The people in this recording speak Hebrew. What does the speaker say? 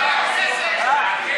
לוועדה שתקבע ועדת הכנסת נתקבלה.